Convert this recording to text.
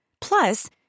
Plus